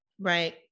Right